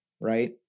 Right